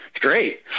great